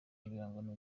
ibihangano